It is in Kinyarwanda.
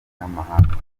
n’amahanga